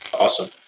Awesome